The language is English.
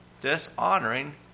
Dishonoring